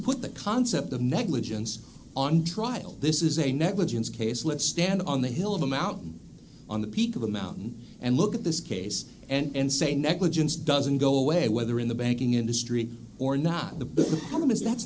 put the concept of negligence on trial this is a negligence case let's stand on the hill of a mountain on the peak of a mountain and look at this case and say negligence doesn't go away whether in the banking industry or not th